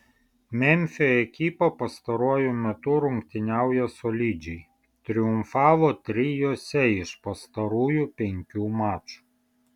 memfio ekipa pastaruoju metu rungtyniauja solidžiai triumfavo trijuose iš pastarųjų penkių mačų